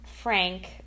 Frank